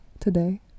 today